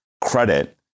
credit